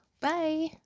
bye